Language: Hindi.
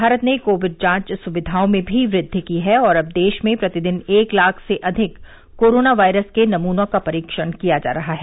भारत ने कोविड जांच सुविधाओं में भी वृद्वि की है और अब देश में प्रतिदिन एक लाख से अधिक कोरोना वायरस के नमुनों का परीक्षण किया जा रहा है